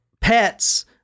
pets